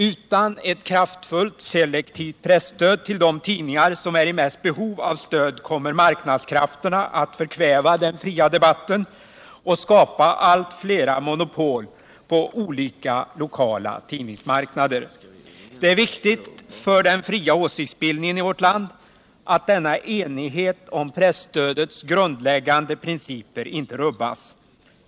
Utan ett kraftfullt selektivt presstöd till de tidningar som är i mest behov av stöd kommer marknadskrafterna att förkväva den fria debatten och skapa allt flera monopol på olika lokala tidningsmarknader. Det är viktigt för den fria åsiktsbildningen i vårt land att denna enighet om presstödets grundläggande principer inte rubbas.